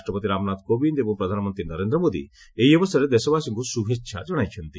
ରାଷ୍ଟ୍ରପତି ରାମନାଥ କୋବିନ୍ଦ୍ ଏବଂ ପ୍ରଧାନମନ୍ତ୍ରୀ ନରେନ୍ଦ୍ର ମୋଦି ଏହି ଅବସରରେ ଦେଶବାସୀଙ୍କୁ ଶୁଭେଚ୍ଛା ଜଣାଇଛନ୍ତି